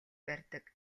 барьдаг